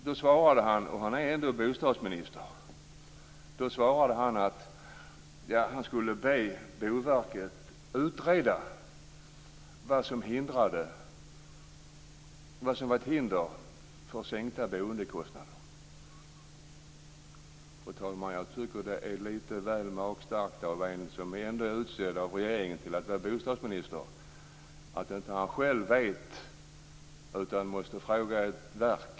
Han svarade - och han är ändå bostadsminister - att han skulle be Boverket att utreda vad som hindrade sänkta boendekostnader. Fru talman! Jag tycker att det är lite väl magstarkt att en som är utsedd till bostadsminister av regeringen inte själv vet utan måste fråga ett verk.